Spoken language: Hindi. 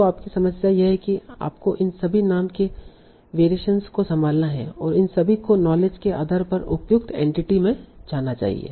तो आपकी समस्या यह है कि आपको इन सभी नाम के वेरिएशनस को संभालना है और इन सभी को नॉलेज के आधार पर उपयुक्त एंटिटी में जाना चाहिए